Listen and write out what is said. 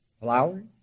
flowers